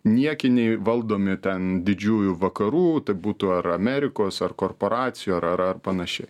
niekiniai valdomi ten didžiųjų vakarų tai būtų ar amerikos ar korporacijų ar ar ar panašiai